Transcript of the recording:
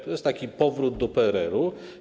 To jest taki powrót do PRL-u.